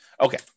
Okay